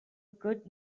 good